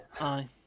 Aye